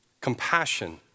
Compassion